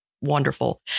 wonderful